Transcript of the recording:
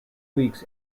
weeks